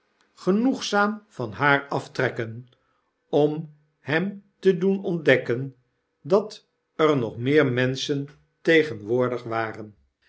genoegpam van haar aftrekken om hem te doen ontdekken dat er nog meer menschen tegenwoordig waren